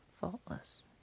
faultless